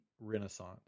Renaissance